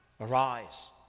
Arise